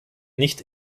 nicht